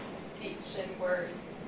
speech and words,